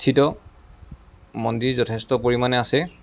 স্থিত মন্দিৰ যথেষ্ট পৰিমাণে আছে